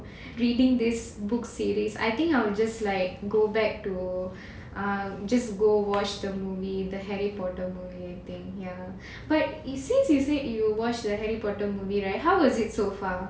reading these books series I think I will just like go back to ah just go watch the movie the harry potter anything ya but it since you said you wash the harry potter movie right how does it so